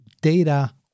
data